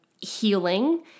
healing